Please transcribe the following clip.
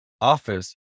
office